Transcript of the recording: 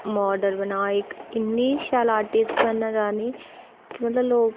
model बनना इक इन्नी शैल आर्टिस्ट बनना चाह्नीं कि मतलब लोक